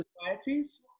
societies